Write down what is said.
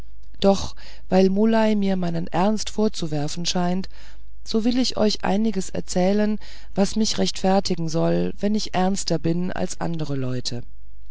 doch weil muley mir meinen ernst vorzuwerfen scheint so will ich euch einiges erzählen was mich rechtfertigen soll wenn ich ernster bin als andere leute